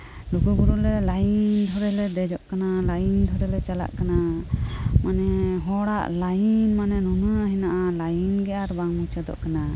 ᱞᱩᱜᱩᱵᱩᱨᱩ ᱨᱮ ᱞᱟᱹᱭᱤᱱ ᱫᱷᱚᱨᱮ ᱞᱮ ᱫᱮᱡᱚᱜ ᱠᱟᱱᱟ ᱞᱟᱭᱤᱱ ᱫᱷᱚᱨᱮ ᱞᱮ ᱪᱟᱞᱟᱜ ᱠᱟᱱᱟ ᱚᱱᱮ ᱦᱚᱲᱟᱜ ᱞᱟᱭᱤᱱ ᱢᱟᱱᱮ ᱱᱩᱱᱟᱹᱜ ᱦᱮᱱᱟᱜᱼᱟ ᱞᱟᱹᱭᱤᱱᱜᱮ ᱟᱨ ᱵᱟᱝ ᱢᱩᱪᱟᱹᱛᱚᱜ ᱠᱟᱱᱟ